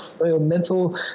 mental